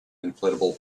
inflatable